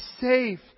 safe